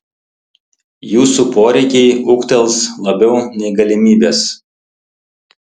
jūsų poreikiai ūgtels labiau nei galimybės